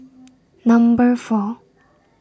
Number four